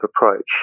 approach